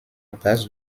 base